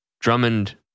Drummond